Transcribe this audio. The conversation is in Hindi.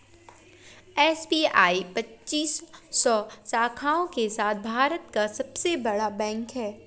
एस.बी.आई पच्चीस सौ शाखाओं के साथ भारत का सबसे बड़ा बैंक है